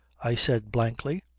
i said blankly.